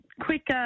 quick